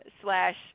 slash